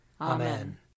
Amen